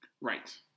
Right